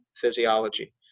physiology